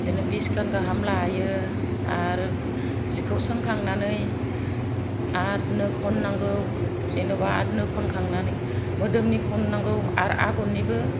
बिदिनो बिसखान गाहाम लायो आरो जिखौ सोंखांनानै आरो नो खननांगौ जेनेबा नो खनखांनानै मोदोमनि खननांगौ आरो आगरनिबो